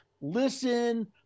listen